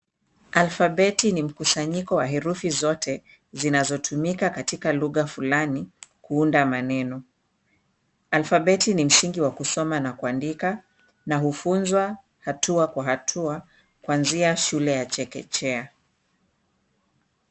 Alfabeti ni mkusanyiko wa herufi zote zinazotumika katika lugha flani kuunda maneno. Alfabeti ni msingi wa kusoma na kuandika na hufunzwa hatua kwa hatua kuanzia shule ya chekechea.